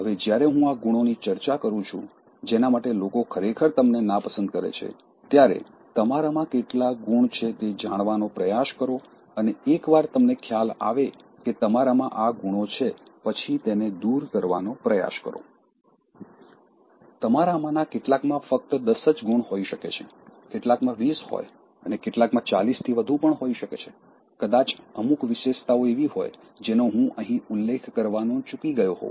હવે જ્યારે હું આ ગુણોની ચર્ચા કરું છું જેના માટે લોકો ખરેખર તમને નાપસંદ કરે છે ત્યારે તમારામાં કેટલા ગુણ છે તે જાણવાનો પ્રયાસ કરો અને એકવાર તમને ખ્યાલ આવે કે તમારામાં આ ગુણો છે પછી તેને દૂર કરવાનો પ્રયાસ કરો તમારામાંના કેટલાકમાં ફક્ત દસ જ ગુણ હોઈ શકે છે કેટલાકમાં 20 હોય અને કેટલાકમાં 40 થી વધુ પણ હોઈ શકે છે કદાચ અમુક વિશેષતાઓ એવી હોય જેનો હું અહીં ઉલ્લેખ કરવાનું ચૂકી ગયો હોઉ